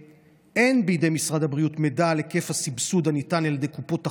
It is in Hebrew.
אין בידי משרד הבריאות מידע על היקף הסבסוד הניתן על ידי קופות החולים.